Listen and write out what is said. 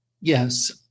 Yes